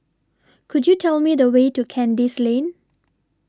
Could YOU Tell Me The Way to Kandis Lane